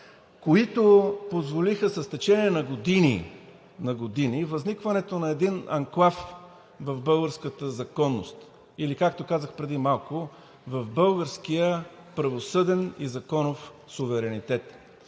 които позволиха с течение на години, на години, възникването на един анклав в българската законност, или както казах преди малко, в българския правосъден и законов суверенитет.